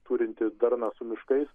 turinti darną su miškais